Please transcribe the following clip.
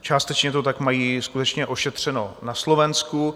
Částečně to tak mají skutečně ošetřeno na Slovensku.